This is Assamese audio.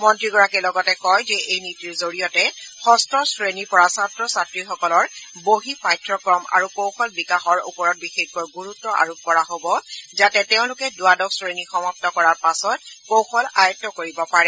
মন্ত্ৰীগৰাকীয়ে লগতে কয় যে এই নীতিৰ জৰিয়তে ষষ্ঠ শ্ৰেণীৰ পৰা ছাত্ৰ ছাত্ৰীসকলৰ বহিঃ পাঠ্যক্ৰম আৰু কৌশল বিকাশৰ ওপৰত বিশেষকৈ গুৰুত্ব আৰোপ কৰা হ'ব যাতে তেওঁলোকে দ্বাদশ শ্ৰেণী সমাপ্ত কৰাৰ পাছত কৌশল আয়ত্ত কৰিব পাৰে